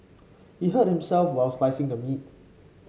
he hurt himself while slicing the meat